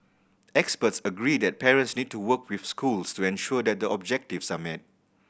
experts agree that parents need to work with schools to ensure that the objectives are met